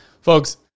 folks